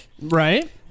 right